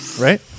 right